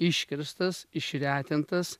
iškirstas išretintas